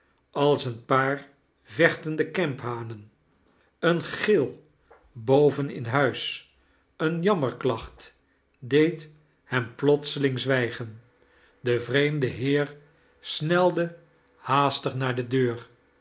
als een paar vechtende kemphanen een gil boven in huis een jammerklacht deed hem plotseling zwijcharles dickens gen de vreemde heer sneide haastig naar de deur